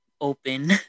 open